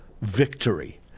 victory